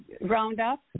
Roundup